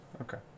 Okay